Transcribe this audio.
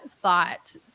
thought